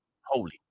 Holy